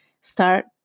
start